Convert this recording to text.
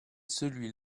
celui